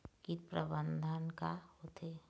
कीट प्रबंधन का होथे?